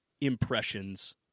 impressions –